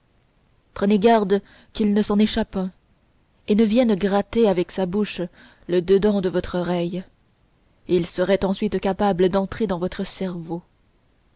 prenez garde qu'il ne s'en échappe un et ne vienne gratter avec sa bouche le dedans de votre oreille il serait ensuite capable d'entrer dans votre cerveau